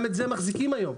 גם את זה הם מחזיקים היום.